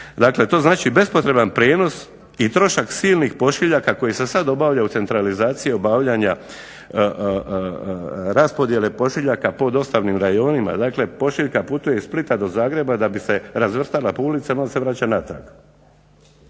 dakle to znači bespotreban prijenos i trošak silnih pošiljaka koji se sad obavlja u centralizaciji obavljanja raspodjele pošiljaka po dostavnim rajonima. Dakle, pošiljka putuje iz Splita do Zagreba da bi se razvrstala po ulicama, onda se vraća natrag.